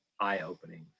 eye-opening